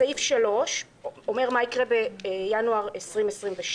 סעיף 3 אומר מה יקרה בינואר 2022,